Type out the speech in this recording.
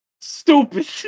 Stupid